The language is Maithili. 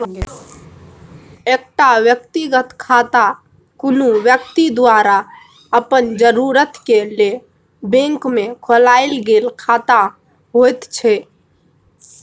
एकटा व्यक्तिगत खाता कुनु व्यक्ति द्वारा अपन जरूरत के लेल बैंक में खोलायल गेल खाता होइत छै